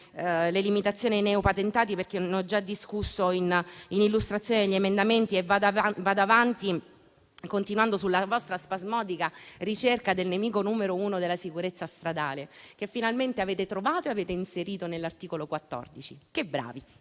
le limitazioni ai neopatentati, perché ne ho già discusso in fase di illustrazione degli emendamenti e vado avanti, continuando sulla vostra spasmodica ricerca del nemico numero uno della sicurezza stradale, che finalmente avete trovato e avete inserito nell'articolo 14. Che bravi!